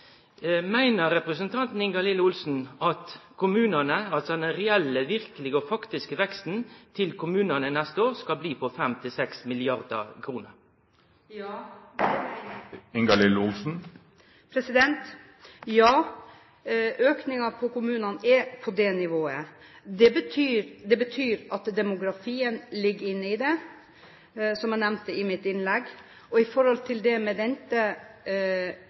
Meiner representanten Ingalill Olsen at den reelle, verkelege og faktiske veksten hos kommunane neste år blir på 5–6 mrd. kr? Ja, økningen til kommunene er på det nivået. Det betyr at demografien ligger inne i dette, som jeg nevnte i mitt innlegg. Når det gjelder økte renter, er det et forhold som kommunene må regne med, og som de må ta med i